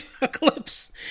apocalypse